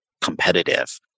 competitive